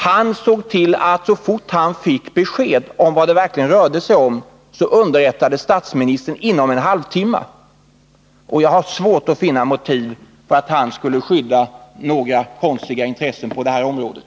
Han såg till att han, så snart han fick besked om vad det verkligen rörde sig om, underrättade statsministern inom en halvtimme. Jag har svårt att finna motiv för att han skulle skydda några konstiga intressen på det här området.